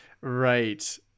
right